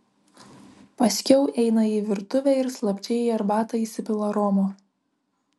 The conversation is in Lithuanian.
paskiau eina į virtuvę ir slapčia į arbatą įsipila romo